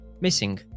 missing